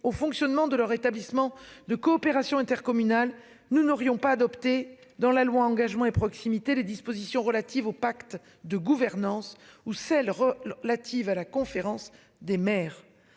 au fonctionnement de leur établissement de coopération intercommunale. Nous n'aurions pas adopté dans la loi Engagement et proximité les dispositions relatives au pacte de gouvernance ou celle. Relative à la conférence des maires.